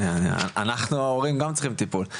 אנחנו ההורים גם צריכים טיפול.